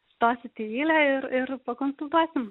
stosit į eilę ir ir pakonsultuosim